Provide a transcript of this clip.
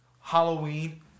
Halloween